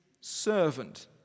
servant